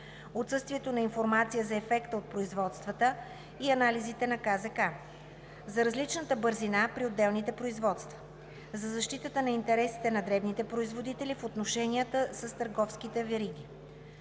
отсъствието на информация за ефекта от производствата и анализите на КЗК; за различната бързина при отделните производства; за защитата на интересите на дребните производители в отношенията с търговските вериги.